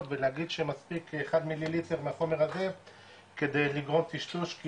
ולהגיד שמספיק אחד מיליליטר מהחומר כדי לגרום טשטוש כי